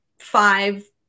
five